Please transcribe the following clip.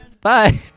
Bye